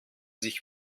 sich